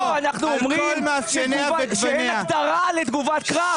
לא, אנחנו אומרים שאין הגדרה לתגובת קרב.